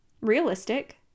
realistic